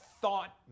thought